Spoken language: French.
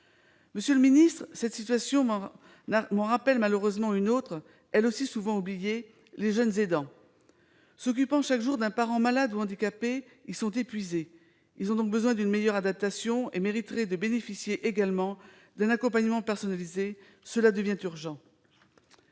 Monsieur le ministre, cette situation m'en rappelle malheureusement une autre : celle, elle aussi souvent oubliée, des jeunes aidants. S'occupant chaque jour d'un parent malade ou handicapé, ils sont épuisés : ils ont donc besoin d'une meilleure adaptation et mériteraient de bénéficier également d'un accompagnement personnalisé. Cela devient urgent